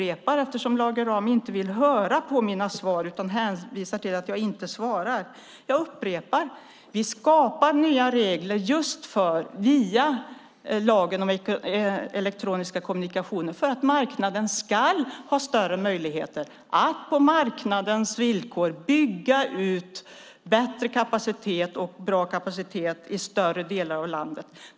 Eftersom Lage Rahm inte vill lyssna på mina svar utan bara hänvisar till att jag inte svarar upprepar jag: Via lagen om elektroniska kommunikationer skapar vi nya regler för att marknaden ska ha större möjligheter att på marknadens villkor bygga ut och förbättra kapaciteten så att det är en god kapacitet i större delen av landet.